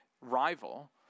rival